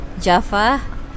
Java